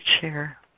chair